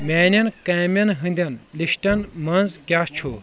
میٛانیٚن کامیٚن ہٕندیٚن لشٹَن منٛز کیاہ چھُ